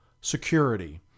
security